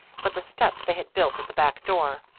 but the steps they had built at the back door,